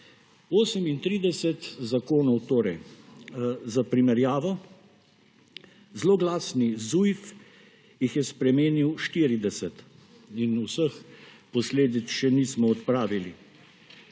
38 zakonov torej. Za primerjavo, zloglasni ZUJF jih je spremenil 40 in vseh posledic še nismo odpravili.